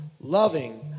loving